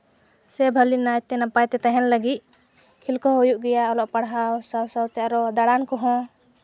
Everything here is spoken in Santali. ᱥᱮ ᱵᱷᱟᱹᱞᱤ ᱱᱟᱭᱛᱮ ᱱᱟᱯᱟᱭ ᱛᱮ ᱛᱟᱦᱮᱱ ᱞᱟᱹᱜᱤᱫ ᱠᱷᱮᱞ ᱠᱚᱜᱚᱸ ᱦᱩᱭᱩᱜ ᱜᱮᱭᱟ ᱚᱞᱚᱜ ᱯᱟᱲᱦᱟᱣ ᱥᱟᱶᱛᱮ ᱟᱨᱚ ᱫᱟᱬᱟᱱ ᱠᱚᱦᱚᱸ